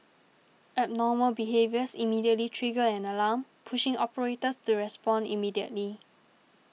abnormal behaviours immediately trigger an alarm pushing operators to respond immediately